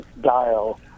dial